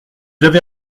avez